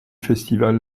festival